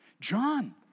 John